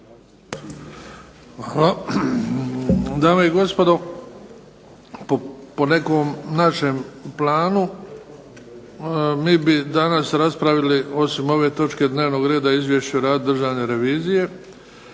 Hvala. Dame i gospodo, po nekom našem planu mi bi danas raspravili osim ove točke dnevnog reda Izvješće o radu Državne revizije,